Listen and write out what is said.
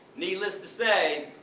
needless to say,